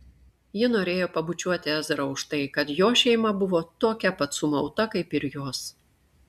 ji norėjo pabučiuoti ezrą už tai kad jo šeima buvo tokia pat sumauta kaip ir jos